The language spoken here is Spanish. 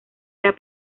era